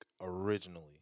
originally